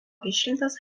išrinktas